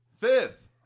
fifth